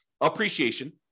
Appreciation